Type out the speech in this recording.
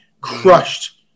crushed